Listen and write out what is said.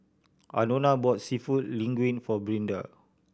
Anona bought Seafood Linguine for Brinda